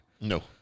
No